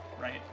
right